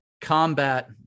combat